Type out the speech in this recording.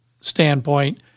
standpoint